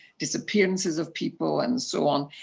disappearances of people and so on,